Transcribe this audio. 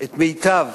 את מיטב